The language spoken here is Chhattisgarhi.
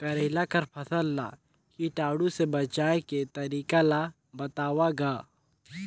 करेला कर फसल ल कीटाणु से बचाय के तरीका ला बताव ग?